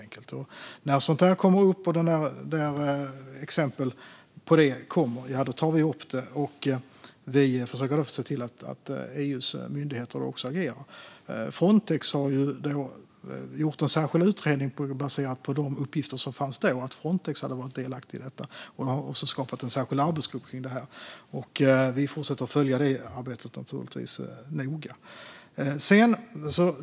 När sådant sker tar vi upp det och försöker att se till att EU:s myndigheter agerar. Frontex har gjort en särskild utredning baserat på de uppgifter som fanns om att Frontex hade varit delaktiga i detta och har också skapat en särskild arbetsgrupp för det här. Vi fortsätter naturligtvis att noga följa detta arbete.